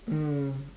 mm